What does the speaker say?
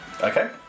Okay